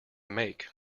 make